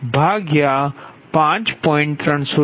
તેથી 8